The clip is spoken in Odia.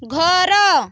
ଘର